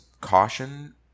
caution